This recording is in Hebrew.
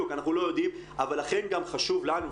לכן חשוב לנו,